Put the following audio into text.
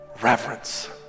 reverence